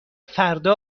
فردا